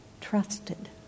trusted